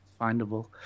findable